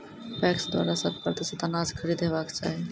PACS द्वारा शत प्रतिसत अनाज खरीद हेवाक चाही?